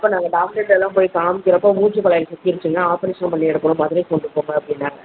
இப்போ நாங்கள் டாக்டர் எல்லாம் போய் காமிக்கிறப்போ மூச்சி குழாய் சிக்கிருச்சுனா ஆப்ரேஷன் பண்ணி எடுக்கணும் மதுரைக்கு கொண்டு போங்க அப்படின்னாங்க